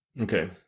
Okay